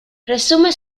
resume